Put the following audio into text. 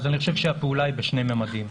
אני חושב שהפעולה היא בשני ממדים.